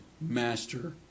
master